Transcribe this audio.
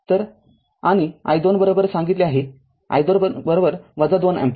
तरआणि i२सांगितले आहे i२ २ अँपिअर